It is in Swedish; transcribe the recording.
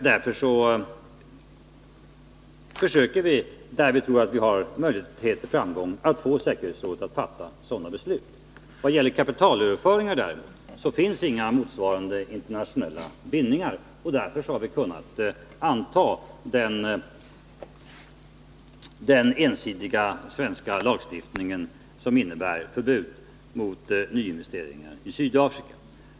Därför försöker vi — där vi tror att vi har möjlighet till framgång att få säkerhetsrådet att fatta sådana beslut. Vad det gäller kapitalöverföringar däremot finns inga motsvarande internationella bindningar, och därför har vi kunnat anta den ensidiga svenska lagstiftningen, som innebär förbud mot nyinvesteringar i Sydafrika.